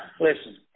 Listen